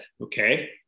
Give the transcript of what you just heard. okay